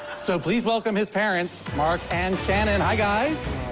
so please welcome his parents, mark and shannon. hi, guys.